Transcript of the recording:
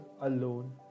alone